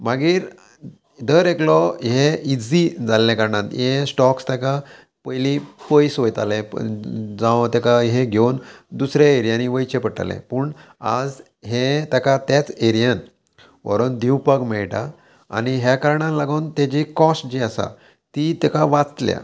मागीर दर एकलो हें इजी जाल्ल्या कारणान हें स्टॉक्स ताका पयलीं पयस वयताले जावं तेका हे घेवन दुसऱ्या एरियांनी वयचे पडटाले पूण आज हे ताका त्याच एरियांत व्हरोन दिवपाक मेळटा आनी ह्या कारणान लागून तेजी कॉस्ट जी आसा ती तेका वाचल्या